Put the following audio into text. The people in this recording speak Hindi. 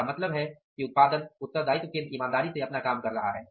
इसका मतलब है कि उत्पादन उत्तरदायित्व केंद्र ईमानदारी से अपना काम कर रहा है